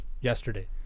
yesterday